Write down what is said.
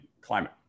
climate